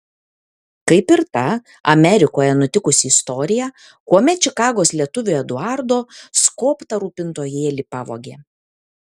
kaip ir ta amerikoje nutikusi istorija kuomet čikagos lietuviui eduardo skobtą rūpintojėlį pavogė